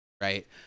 Right